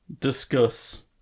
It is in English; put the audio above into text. discuss